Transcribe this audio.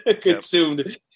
consumed